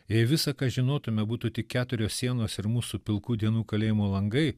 jei visa ką žinotume būtų tik keturios sienos ir mūsų pilkų dienų kalėjimo langai